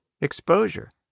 exposure